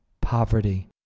poverty